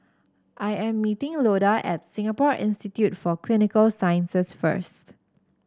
I am meeting Loda at Singapore Institute for Clinical Sciences first